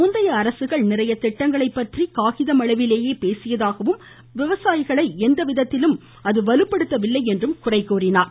முந்தைய அரசுகள் நிறைய திட்டங்களை பற்றி காகிதம் அளவிலேயே பேசியதாகவும் விவசாயிகளை எவ்விதத்திலும் வலுப்படுத்தவில்லை என்றும் குறை கூறினார்